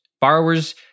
Borrowers